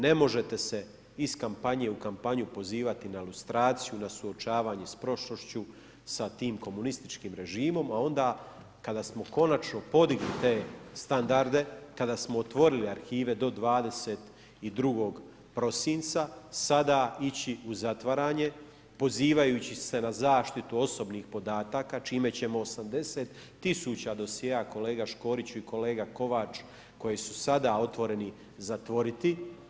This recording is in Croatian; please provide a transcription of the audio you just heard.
Ne možete se iz kampanje u kampanju pozivati na lustraciju, na suočavanje s prošlošću, sa tim komunističkim režimom, a onda kada smo konačno podigli te standarde, kada smo otvorili arhive do 22. prosinca, sada ići u zatvaranje pozivajući se na zaštitu osobnih podataka, čime ćemo 80 tisuća dosjea, kolega Škoriću i kolega Kovač, koji su sada otvoreni zatvoriti.